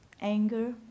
anger